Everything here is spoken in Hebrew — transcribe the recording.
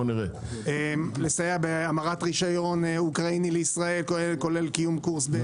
לסייע בהמרת רשיון אוקראיני לישראל כולל קיום קורס.